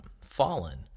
fallen